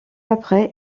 après